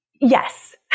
yes